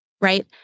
right